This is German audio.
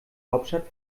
hauptstadt